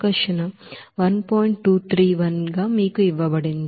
231 మీకు ఇవ్వబడింది